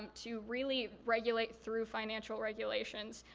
to really regulate through financial regulations.